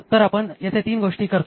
तर आपण येथे तीन गोष्टी करतो